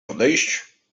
odejść